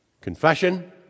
confession